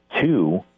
Two